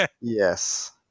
Yes